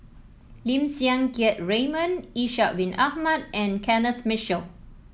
Lim Siang Keat Raymond Ishak Bin Ahmad and Kenneth Mitchell